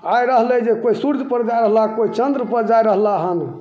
आइ रहलै जे कोइ सूर्यपर जा रहला कोइ चन्द्रपर जा रहला हँ